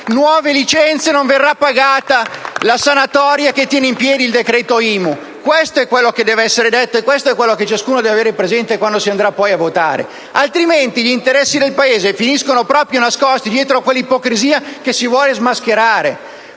nuove licenze, non verrà pagata la sanatoria che tiene in piedi il decreto IMU. *(Applausi dal Gruppo LN-Aut).* Questo è quello che deve essere detto e quello che ciascuno deve avere presente quando si andrà poi a votare. Altrimenti gli interessi del Paese finiscono proprio nascosti dietro quell'ipocrisia che si vuole smascherare.